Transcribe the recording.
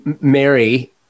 Mary